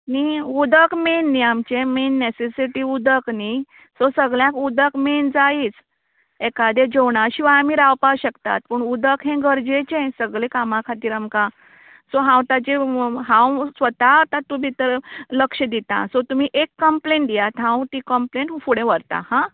न्ही उदक मेन न्ही आमचें मेन नॅसॅसिटी उदक न्ही सो सगल्यांक उदक मेन जायीच एकादें जेवणां शिवाय आमी रावपा शकतात पूण उदक हें गरजेचें सगलें कामा खातीर आमकां सो हांव ताजेर हांव स्वता तातू भितर लक्ष दितां सो तुमी एक कंम्प्लेन दियात हांव ती कंम्प्लेन फुडें व्हरता हां